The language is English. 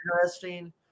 interesting